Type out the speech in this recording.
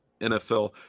NFL